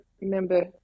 remember